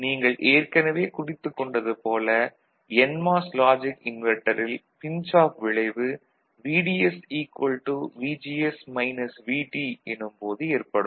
நீங்கள் ஏற்கனவே குறித்துக் கொண்டது போல என்மாஸ் லாஜிக் இன்வெர்ட்டரில் பின்ச் ஆஃப் விளைவு VDS VGS VT எனும் போது ஏற்படும்